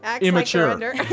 Immature